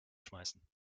schmeißen